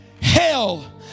hell